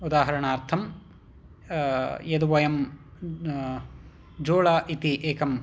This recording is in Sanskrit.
उदाहरणार्थं यद् वयं जोळा इति एकम्